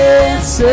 Dance